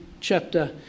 chapter